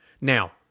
now